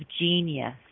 genius